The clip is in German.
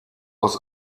aus